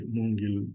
Mungil